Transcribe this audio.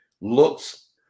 looks